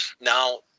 Now